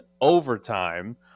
overtime